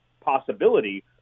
possibility